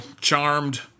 charmed